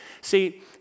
See